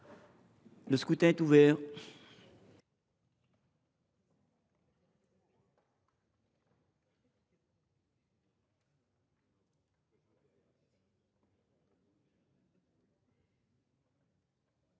Le scrutin est ouvert.